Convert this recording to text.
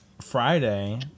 friday